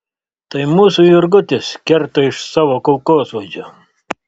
tai mūsų jurgutis kerta iš savo kulkosvaidžio